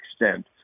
extent